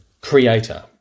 Creator